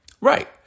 Right